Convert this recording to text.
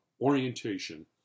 orientation